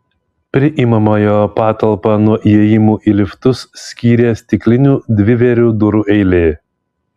priimamojo patalpą nuo įėjimų į liftus skyrė stiklinių dvivėrių durų eilė